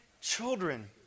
children